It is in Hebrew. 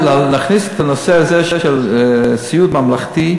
להכניס את הנושא הזה של סיעוד ממלכתי,